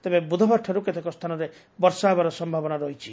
ତେବେ ବୁଧବାରଠାରୁ କେତେକ ସ୍ତାନରେ ବର୍ଷା ହେବାର ସମ୍ଭାବନା ରହିଛି